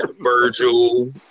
Virgil